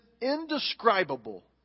indescribable